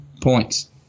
points